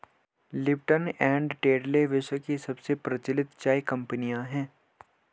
Lipton and Tetley विश्व की सबसे प्रचलित चाय कंपनियां है